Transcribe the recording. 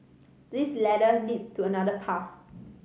this ladder leads to another path